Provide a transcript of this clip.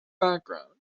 background